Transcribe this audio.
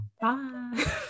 Bye